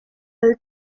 del